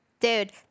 Dude